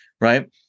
right